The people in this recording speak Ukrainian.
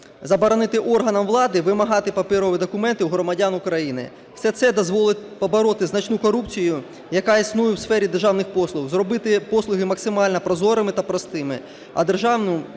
заборонити органам влади вимагати паперові документи у громадян України. Все це дозволить побороти значну корупцію, яка існує в сфері державних послуг, зробити послуги максимально прозорими та простими, а державу